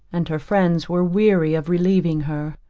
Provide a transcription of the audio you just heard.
and her friends were weary of relieving her.